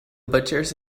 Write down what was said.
butchers